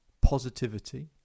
positivity